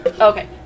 Okay